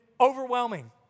overwhelming